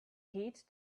heed